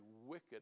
wicked